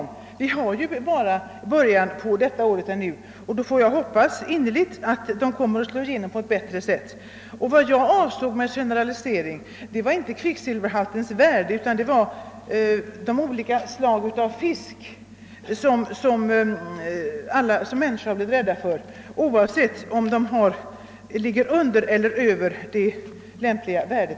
Men vi befinner oss ju bara i början av detta år, och jag hoppas att åtgärderna kommer att få bättre effekt så småningom. Vad jag avsåg med generalisering var inte kvicksilverhaltens storlek. Jag syftade på det förhållandet att människor blivit rädda för alla slag av fisk, oavsett om kvicksilverhalten ligger under eller över det lämpliga värdet.